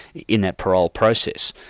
in that parole process.